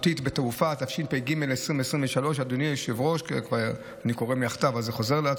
אם הוא רק רוצה.